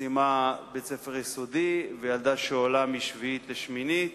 בית-ספר יסודי, וילדה שעולה משביעית לשמינית,